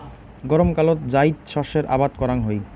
গরমকালত জাইদ শস্যের আবাদ করাং হই